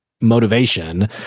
motivation